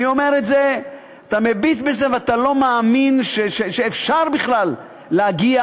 אתה מביט בזה ואתה לא מאמין שאפשר בכלל להגיע